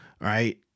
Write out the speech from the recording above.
right